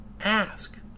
Ask